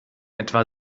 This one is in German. etwa